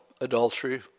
adultery